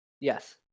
Yes